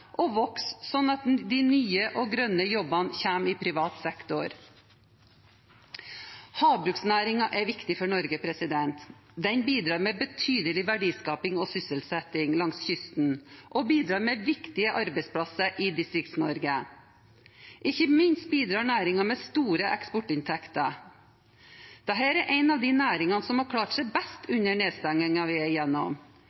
at de nye og grønne jobbene kommer i privat sektor. Havbruksnæringen er viktig for Norge. Den bidrar med betydelig verdiskaping og sysselsetting langs kysten og bidrar med viktige arbeidsplasser i Distrikts-Norge. Ikke minst bidrar næringen med store eksportinntekter. Dette er en av de næringene som har klart seg best